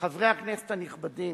חברי הכנסת הנכבדים,